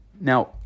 Now